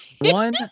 One